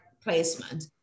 placement